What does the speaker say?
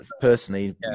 personally